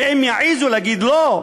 ואם יעזו להגיד לא,